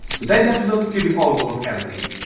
today's episode will be all gold everything,